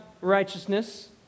righteousness